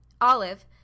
Olive